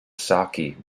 sake